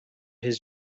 his